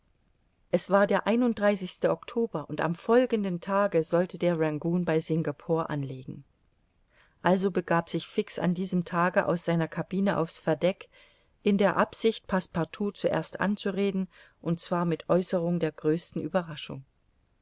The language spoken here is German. es war der ein oktober und am folgenden tage sollte der rangoon bei singapore anlegen also begab sich fix an diesem tage aus seiner cabine auf's verdeck in der absicht passepartout zuerst anzureden und zwar mit aeußerung der größten ueberraschung